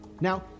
Now